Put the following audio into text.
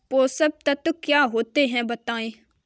पोषक तत्व क्या होते हैं बताएँ?